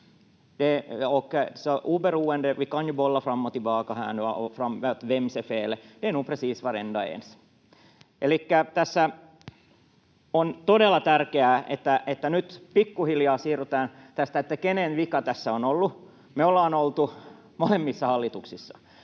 tässä on todella tärkeää, että nyt pikkuhiljaa siirrytään tästä, kenen vika tämä on ollut. Me ollaan oltu molemmissa hallituksissa.